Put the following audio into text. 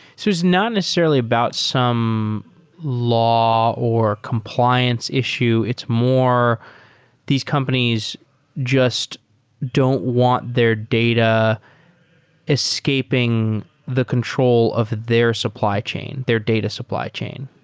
so it's not necessarily about some law or compliance issue, it's more these companies just don't want their data escaping the control of their supply chain, their data supply chain.